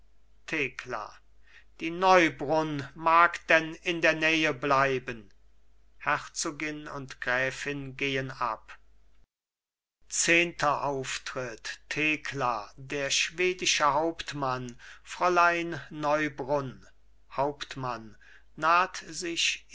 thekla die neubrunn mag denn in der nähe bleiben herzogin und gräfin gehen ab zehnter auftritt thekla der schwedische hauptmann fräulein neubrunn hauptmann naht sich